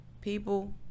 People